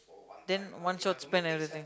then one shot spend everything